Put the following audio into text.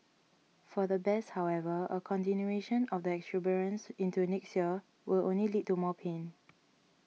for the bears however a continuation of the exuberance into next year will only lead to more pain